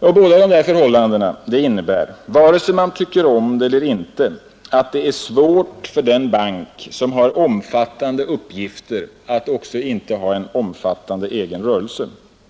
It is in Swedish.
Båda dessa förhållanden innebär, vare sig man tycker om det eller inte, att det är svårt för den bank, som åtar sig omfattande uppgifter, att inte också ha en omfattande egen rörelse.